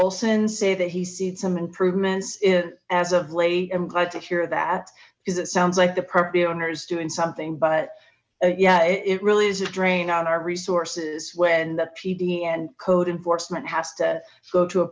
olson say that he sees some improvements in as of late i'm glad to hear that because it sounds like the property is doing something but yeah it really is a drain on our resources when the pd and code enforcement has to go to a